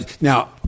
now